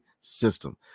system